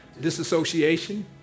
disassociation